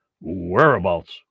whereabouts